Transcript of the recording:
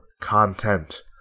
content